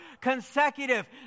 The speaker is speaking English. consecutive